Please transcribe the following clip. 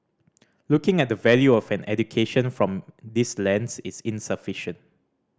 looking at the value of an education from this lens is insufficient